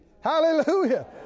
Hallelujah